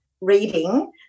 reading